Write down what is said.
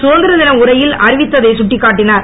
சுதந்திர தின உரையில் அறிவித்ததை கட்டிக் காட்டினார்